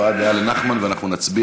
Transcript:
הבעת דעה לחבר הכנסת נחמן שי, ואנחנו נצביע.